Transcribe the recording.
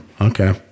Okay